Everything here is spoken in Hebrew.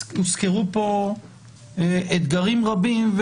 הוזכרו פה אתגרים רבים,